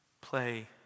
play